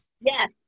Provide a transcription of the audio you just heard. yes